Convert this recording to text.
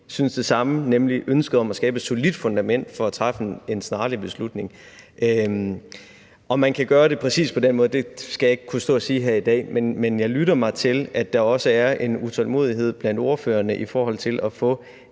synes det samme, nemlig i forhold til ønsket om at skabe et solidt fundament for at træffe en snarlig beslutning. Om man kan gøre det præcis på den måde, skal jeg ikke kunne stå og sige her i dag, men jeg lytter mig til, at der også er en utålmodighed blandt ordførerne i forhold til at få